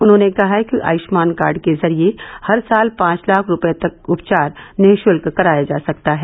उन्होंने कहा कि आयष्मान कार्ड के जरिए हर साल पांच लाख रूपये तक उपचार निश्ल्क कराया जा सकता है